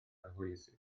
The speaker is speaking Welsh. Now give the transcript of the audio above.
hwylusydd